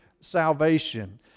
salvation